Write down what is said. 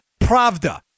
pravda